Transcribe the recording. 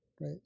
Right